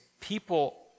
people